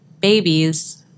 babies—